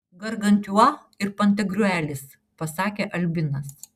gargantiua ir pantagriuelis pasakė albinas